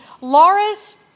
Laura's